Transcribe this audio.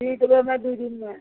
सीके दै देबै हमे दुइ दिनमे